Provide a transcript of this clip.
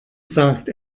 sagt